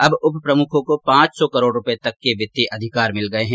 अब उप प्रमुखों को पांच सौ करोड़ रुपये तक के वित्तीय अधिकार मिल गए हैं